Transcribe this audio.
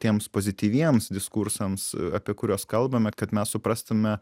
tiems pozityviems diskursams apie kuriuos kalbame kad mes suprastume